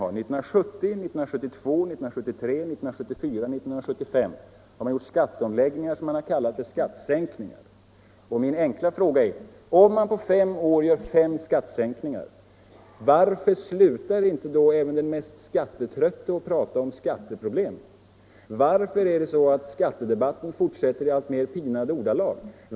1970, 1972, 1973, 1974 och 1975 har man gjort skatteomläggningar som man kallat skattesänkningar. Min enkla fråga är: Om man på fem år gör fem skattesänkningar, varför slutar inte då även den mest skattetrötte att prata om skatteproblem? Varför fortsätter skattedebatten i allt mer pinade ordalag?